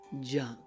junk